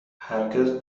هرگز